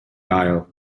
aisle